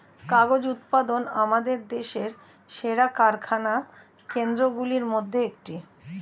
কাগজ উৎপাদন আমাদের দেশের সেরা কারখানা কেন্দ্রগুলির মধ্যে একটি